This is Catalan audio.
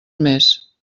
més